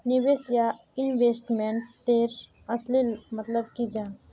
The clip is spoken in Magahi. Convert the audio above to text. निवेश या इन्वेस्टमेंट तेर असली मतलब की जाहा?